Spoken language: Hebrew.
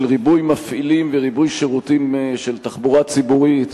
של ריבוי מפעילים וריבוי שירותים של תחבורה ציבורית,